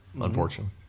Unfortunately